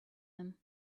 him